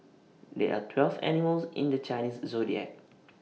there are twelve animals in the Chinese Zodiac